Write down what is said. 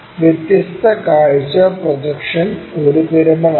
വ്യത്യസ്ത കാഴ്ച പ്രൊജക്ഷൻ ഒരു പിരമിഡാണ്